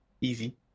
easy